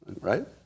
right